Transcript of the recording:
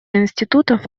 институтов